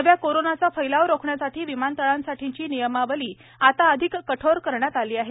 नव्या कोरोनाचा फैलाव रोखण्यासाठी विमानतळांसाठींची नियमावली आता अधिक कठोर करण्यात आली आहे